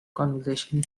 conversation